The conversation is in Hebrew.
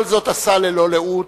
כל זאת עשה ללא לאות,